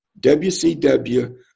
WCW